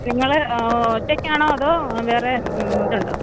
നിങ്ങൾ ഒറ്റയ്ക്കാണോ അതോ വേറെ ഇതുണ്ടോ